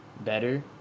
better